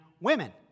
women